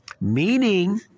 Meaning